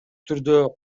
түрдө